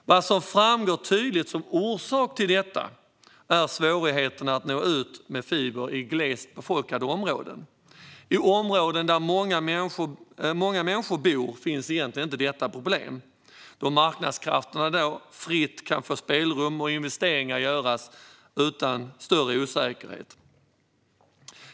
Det framgår tydligt att orsak till detta är svårigheterna att nå ut med fiber i glest befolkade områden. I områden där många människor bor finns egentligen inte detta problem då marknadskrafterna där kan få fritt spelrum, och investeringar kan göras utan större osäkerhet.